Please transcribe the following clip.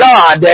God